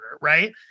Right